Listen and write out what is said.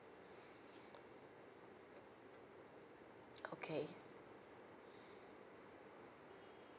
okay